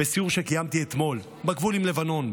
בסיור שקיימתי אתמול בגבול עם לבנון,